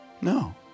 No